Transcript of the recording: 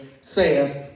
says